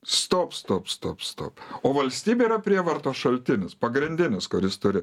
stop stop stop stop o valstybė yra prievartos šaltinis pagrindinis kuris turi